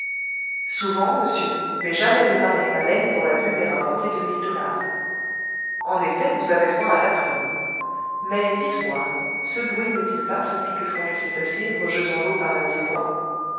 souvent monsieur mais jamais de pareilles baleines dont la vue m'ait rapporté deux mille dollars en effet vous avez droit à la prime mais dites-moi ce bruit n'est-il pas celui que font les cétacés rejetant l'eau par leurs évents